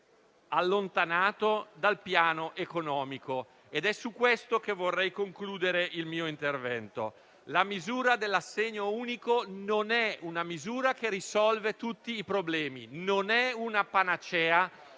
allontanato dal piano economico ed è su questo che vorrei concludere il mio intervento. La misura dell'assegno unico non risolve tutti i problemi, non è una panacea,